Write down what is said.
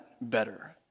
better